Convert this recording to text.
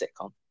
sitcom